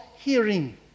Hearing